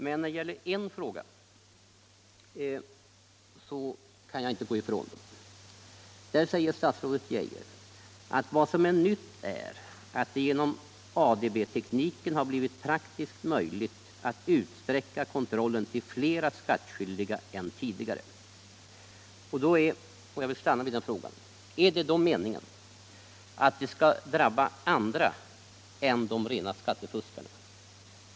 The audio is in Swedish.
Men på den fråga jag syftar på svarar statsrådet: ”Vad som är nytt är att det genom ADB-tekniken har blivit praktiskt möjligt att utsträcka kontrollen till flera skattskyldiga än tidigare.” Är det då, jag vill stanna vid den frågan, meningen att det skall drabba andra än de direkta skattefuskarna?